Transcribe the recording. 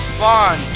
fun